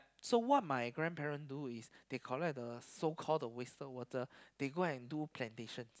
so what my grandparent do is they collect the so call the wasted water they go and do plantation